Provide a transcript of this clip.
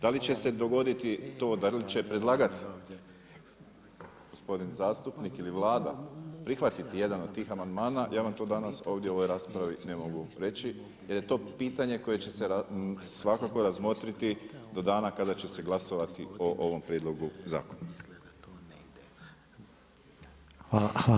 Dali će se dogoditi to, da li će predlagati, gospodin zastupnik ili Vlada prihvatiti jedan od tih amandman, ja vam to danas ovdje u ovoj raspravi ne mogu reći, jer je to pitanje koje će se svakako razmotriti do dana kada će se glasovati o ovom prijedlogu zakona.